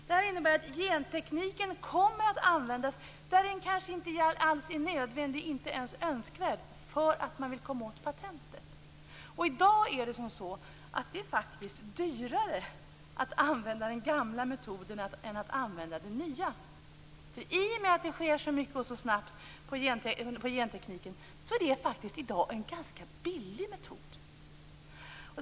Det innebär att gentekniken kommer att användas där den kanske inte alls är nödvändig, inte ens önskvärd, för att komma åt patentet. I dag är det faktiskt är dyrare att använda den gamla metoden än att använda den nya. I och med att det sker så mycket och så snabbt på gentekniken är det i dag en ganska billig metod.